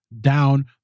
down